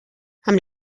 amb